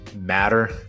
matter